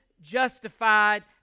justified